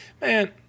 man